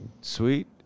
Sweet